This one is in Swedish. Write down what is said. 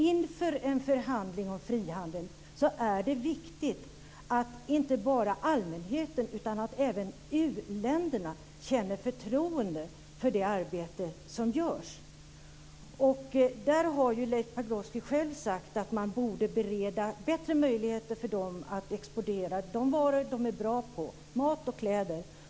Inför en förhandling om frihandeln är det viktigt att inte bara allmänheten utan även u-länderna känner förtroende för det arbete som görs. Leif Pagrotsky har själv sagt att man borde bereda bättre möjligheter för dem att exportera de varor de är bra på, nämligen mat och kläder.